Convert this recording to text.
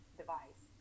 device